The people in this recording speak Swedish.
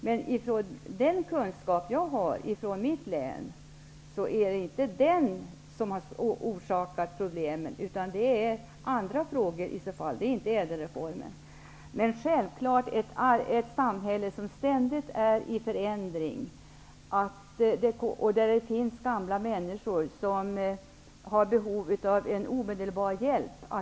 Men den kunskap jag har från mitt hemlän är att det inte är förändringen som har orsakat problemen, utan det är i så fall andra saker. Det beror inte på ÄDEL-reformen. Ett samhälle är självfallet alltid i förändring. Det finns gamla människor som har behov av en omedelbar hjälp.